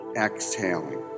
Exhaling